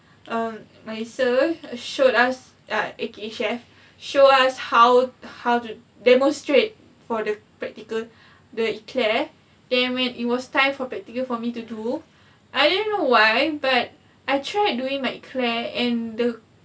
um my sir showed us uh a cake chef show us how how to demonstrate for the practical the eclaire then when it was time for practical for me to do I didn't know why but I tried doing my eclaire and the